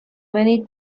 many